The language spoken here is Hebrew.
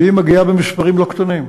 והיא מגיעה במספרים לא קטנים.